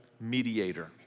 mediator